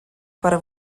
para